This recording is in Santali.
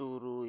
ᱛᱩᱨᱩᱭ